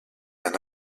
d’un